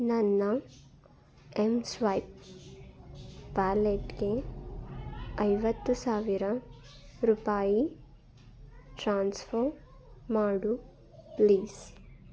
ನನ್ನ M swipe ವ್ಯಾಲೆಟ್ಗೆ ಐವತ್ತು ಸಾವಿರ ರುಪಾಯಿ ಟ್ರಾನ್ಸ್ಫರ್ ಮಾಡು ಪ್ಲೀಸ್